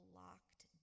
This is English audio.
locked